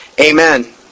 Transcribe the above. Amen